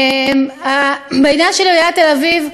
בעניין של עיריית תל-אביב,